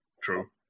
true